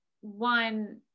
one